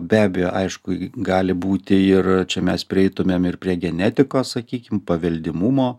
be abejo aišku gali būti ir čia mes prieitumėm ir prie genetikos sakykim paveldimumo